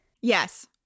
Yes